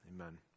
Amen